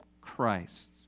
Christ